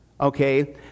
okay